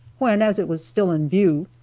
when, as it was still in view,